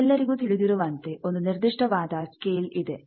ನಿಮಗೆಲ್ಲರಿಗೂ ತಿಳಿದಿರುವಂತೆ ಒಂದು ನಿರ್ದಿಷ್ಟವಾದ ಸ್ಕೇಲ್ ಇದೆ